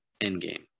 endgame